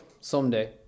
Someday